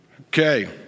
Okay